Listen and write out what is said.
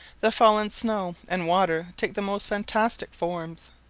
the fallen snow and water take the most fantastic forms.